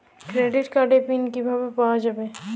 Credit কার্ডের PIN কিভাবে পাওয়া যাবে?